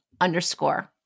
underscore